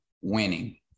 Winning